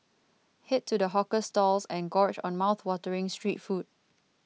head to the hawker stalls and gorge on mouthwatering street food